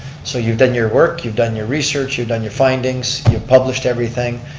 so you've done your work, you've done your research, you've done your findings, you've published everything.